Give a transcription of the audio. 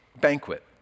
banquet